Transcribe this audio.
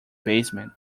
basement